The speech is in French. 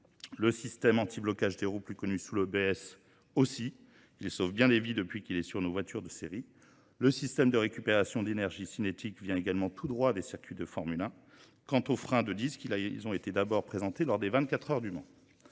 Le système anti-blocage des roues, plus connu sous le BS aussi, il sauve bien les vies depuis qu'il est sur nos voitures de série. Le système de récupération d'énergie cinétique vient également tout droit des circuits de Formule 1. Quant aux freins de disque, ils ont été d'abord présentés lors des 24 heures du man.